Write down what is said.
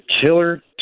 killer